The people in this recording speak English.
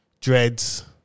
dreads